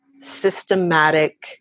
systematic